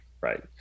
right